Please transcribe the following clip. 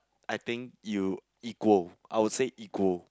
I think you equal I would say equal